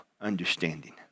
understanding